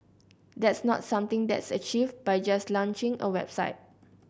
that's not something that's achieved by just launching a website